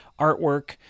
artwork